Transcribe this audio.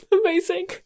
amazing